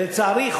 ולצערי,